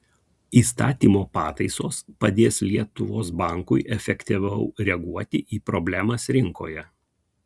įstatymo pataisos padės lietuvos bankui efektyviau reaguoti į problemas rinkoje